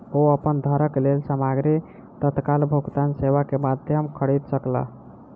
ओ अपन घरक लेल सामग्री तत्काल भुगतान सेवा के माध्यम खरीद सकला